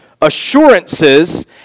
assurances